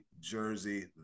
Jersey